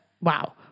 Wow